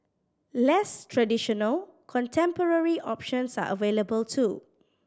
less traditional contemporary options are available too